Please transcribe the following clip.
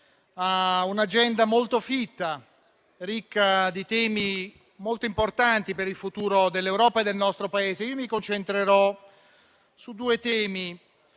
un'agenda molto fitta, ricca di temi molto importanti per il futuro dell'Europa e del nostro Paese. Io mi concentrerò su due nodi